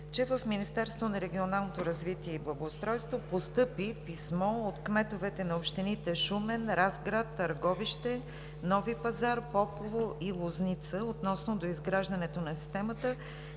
че в Министерството на регионалното развитие и благоустройството постъпи писмо от кметовете на общините: Шумен, Разград, Търговище, Нови пазар, Попово и Лозница относно доизграждането на системата